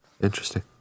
Interesting